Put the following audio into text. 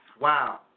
Wow